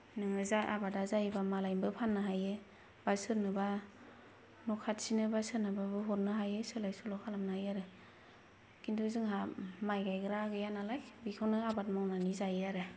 नोङो जा आबादा जायोबा मालायनोबो फान्नो हायो बा सोरनोबा न' खाथिनोबो सोरनोबाबो हरनो हायो सोलाय सोल' खालामनो हायो आरो किन्तु जोंहा माय गायग्रा गैया नालाय बिखौनो आबाद मावनानै जायो आरो